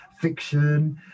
Fiction